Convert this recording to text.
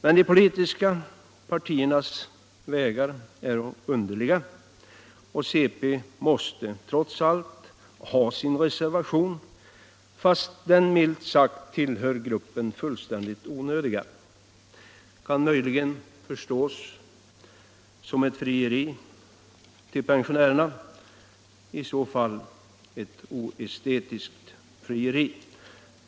Men de politiska partiernas vägar är underliga och centerpartiet måste trots allt ha sin reservation, fast den milt sagt tillhör gruppen fullkomligt onödiga reservationer. Den kan möjligen förstås som ett frieri till pensionärerna — i så fall ett oestetiskt frieri.